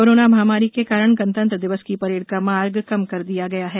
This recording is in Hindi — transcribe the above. कोरोना महामारी के कारण गणतंत्र दिवस की परेड का मार्ग कम कर दिया गया है